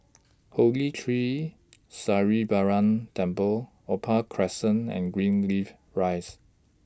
Holy Tree Sri Temple Opal Crescent and Greenleaf Rise